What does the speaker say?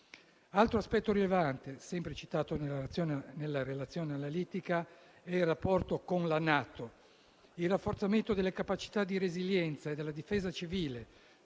Altro aspetto rilevante, sempre citato nella relazione analitica, è il rapporto con la NATO. Il rafforzamento delle capacità di resilienza e della difesa civile,